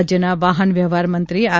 રાજ્યના વાહન વ્યવ્યવહાર મંત્રી આર